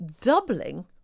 doubling